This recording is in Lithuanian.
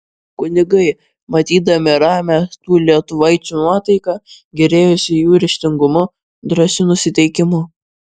kunigai matydami ramią tų lietuvaičių nuotaiką gėrėjosi jų ryžtingumu drąsiu nusiteikimu